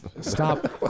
stop